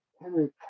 Henry